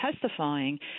testifying